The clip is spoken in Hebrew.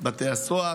בתי הסוהר,